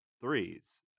threes